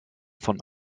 von